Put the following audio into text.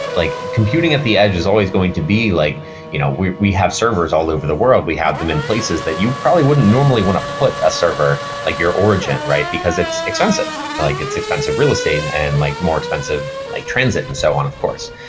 like computing at the edge is always going to be like you know we we have servers all over the world. we have them in places that you probably wouldn't normally want to put a server like your origin because it's expensive. like it's expensive real estate and and like more expensive like transit and so on, of course.